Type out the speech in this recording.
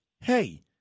Hey